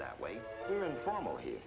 that way informal here